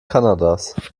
kanadas